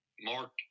Mark